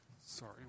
sorry